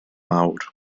awr